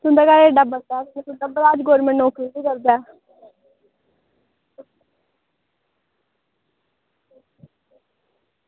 मड़ो तुंदे घर अज्ज नौकरी निं करदा